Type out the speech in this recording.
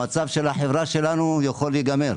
המצב של החברה שלנו יכול להיגמר.